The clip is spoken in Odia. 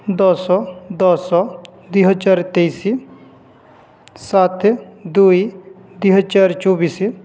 ଦଶ ଦଶ ଦୁଇ ହଜାର ତେଇଶି ସାତେ ଦୁଇ ଦୁଇ ହଜାର ଚବିଶି